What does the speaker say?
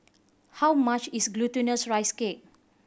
how much is Glutinous Rice Cake